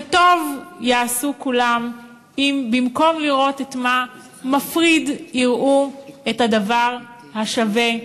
וטוב יעשו כולם אם במקום לראות את מה שמפריד יראו את הדבר השווה,